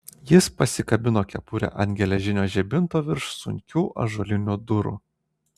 jis pasikabino kepurę ant geležinio žibinto virš sunkių ąžuolinių durų